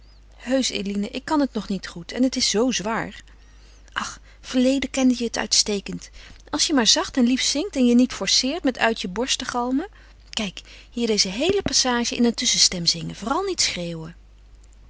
heusch eline ik kan het nog niet goed en het is zoo zwaar ach verleden kende je het uitstekend als je maar zacht en lief zingt en je niet forceert met uit je borst te galmen kijk hier deze heele passage in een tusschenstem zingen vooral niet schreeuwen